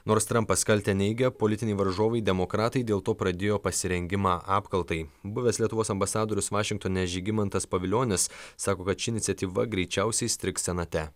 nors trampas kaltę neigia politiniai varžovai demokratai dėl to pradėjo pasirengimą apkaltai buvęs lietuvos ambasadorius vašingtone žygimantas pavilionis sako kad ši iniciatyva greičiausiai įstrigs senate